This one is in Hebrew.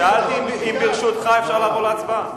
שאלתי אם ברשותך אפשר לעבור להצבעה.